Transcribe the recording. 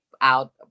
out